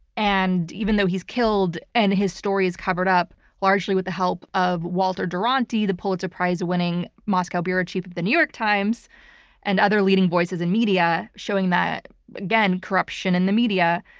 and even though he's killed and his story is covered up largely with the help of walter duranty, the pulitzer prize-winning moscow bureau chief of the new york times and other leading voices in media showing that again, corruption in the media,